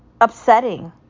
upsetting